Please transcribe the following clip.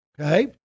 Okay